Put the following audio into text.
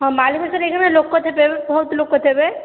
ହଁ ମାଳିବସାରେ ଏହିକ୍ଷଣି ଲୋକ ଥିବେ ଏବେ ବହୁତ ଲୋକ ଥିବେ